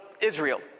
Israel